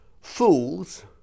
Fools